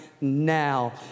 now